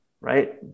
right